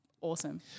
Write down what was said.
awesome